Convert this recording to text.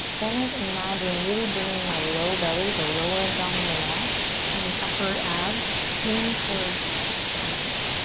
then i imagine really bringing my low belly, the lower abdominal wall and the upper abs in towards center.